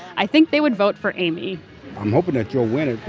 i think they would vote for amy i'm hoping that you'll win